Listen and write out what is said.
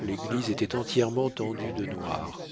l'église était entièrement tendue de noir